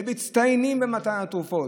ומצטיינים במתן התרופות?